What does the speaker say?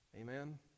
Amen